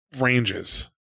ranges